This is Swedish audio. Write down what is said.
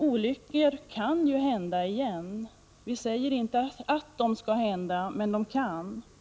Olyckor kan ju hända igen. Vi säger inte att de skall hända, men så kan bli fallet. Prot.